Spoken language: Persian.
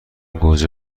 گوجه